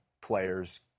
players